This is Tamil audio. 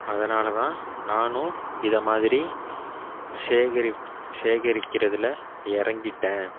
அதனால தான் நானும் இதை மாதிரி சேகரி சேகரிக்கிறதில் இறங்கிட்டேன்